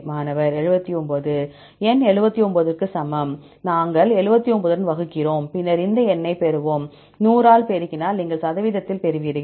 மாணவர் 79 N 79 க்கு சமம் நாங்கள் 79 உடன் வகுக்கிறோம் பின்னர் இந்த எண்ணைப் பெறுவோம் 100 ஆல் பெருக்கினால் நீங்கள் சதவீதத்தில் பெறுவீர்கள்